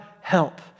help